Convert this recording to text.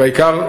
והעיקר,